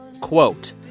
quote